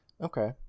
Okay